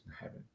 heaven